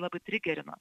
labai trigerino